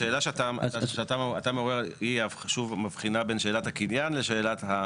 השאלה שאתה שואל היא מבחינה בין שאלת הקניין לשאלת,